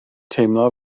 teimlo